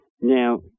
Now